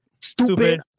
stupid